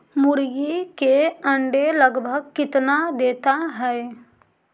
मुर्गी के अंडे लगभग कितना देता है?